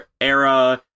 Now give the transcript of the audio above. era